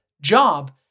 job